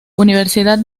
universidad